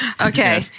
Okay